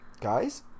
guys